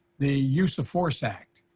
the use of force act,